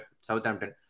Southampton